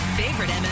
favorite